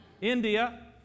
India